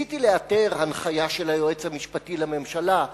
ניסיתי לאתר הנחיה של היועץ המשפטי לממשלה,